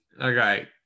Okay